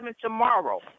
tomorrow